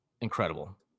Incredible